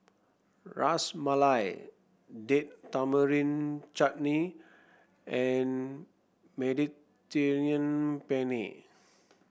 Ras Malai Date Tamarind Chutney and Mediterranean Penne